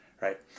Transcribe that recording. Right